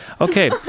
Okay